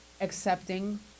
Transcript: accepting